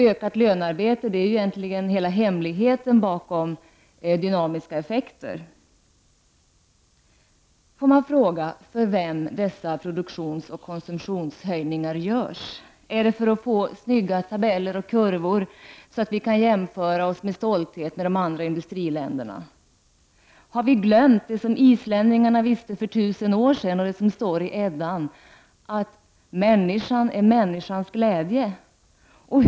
Ökat lönearbete är egentligen hela hemligheten bakom dynamiska effekter. Får man fråga för vem dessa produktionsoch konsumtionsökningar görs? Är det för att få snygga tabeller och kurvor så att vi kan jämföra oss med stolthet med andra industriländer? Har vi glömt det islänningarna visste för 1000 år sedan och som står i Eddan, nämligen att människan är människans glädje?